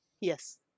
Yes